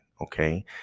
Okay